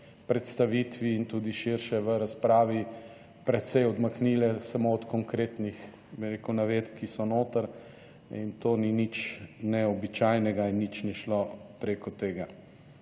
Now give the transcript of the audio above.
predstavitvi in tudi širše v razpravi precej odmaknile samo od konkretnih navedb, ki so noter in to ni nič neobičajnega in nič ni šlo preko tega.